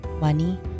money